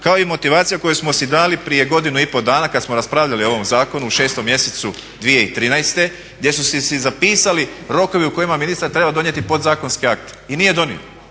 kao i motivacija koju smo si dali prije godinu i pola dana kada smo raspravljali o ovom zakonu u 6 mjesecu 2013. gdje smo si zapisali rokovi u kojima je ministar treba donijeti podzakonski akt i nije donio.